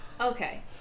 Okay